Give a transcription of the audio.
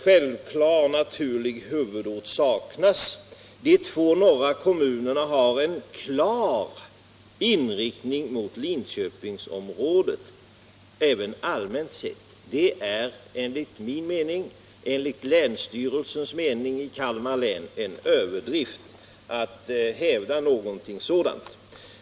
Självklar naturlig huvudort saknas. De två andra kommunerna har en klar inriktning mot Linköpingsområdet även allmänt sett.” Enligt min och länsstyrelsens i Kalmar län mening är det en överdrift att hävda någonting sådant.